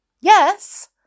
yes